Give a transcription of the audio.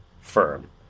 firm